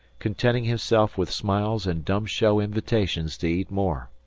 contenting himself with smiles and dumb-show invitations to eat more.